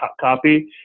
copy